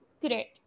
great